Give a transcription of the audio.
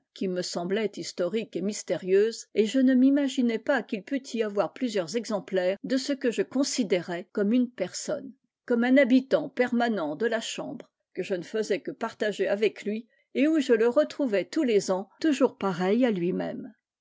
qui me paraissait historique et mystérieuse et je ne m'imaginais pas qu'il pût y avoir plusieurs exemplaires de ce que je considérais comme une personne comme un habitant permanent de la a chambre que je ne faisais que partager avec lui et où je le retrouvais tous les ans toujours pareil à lui-même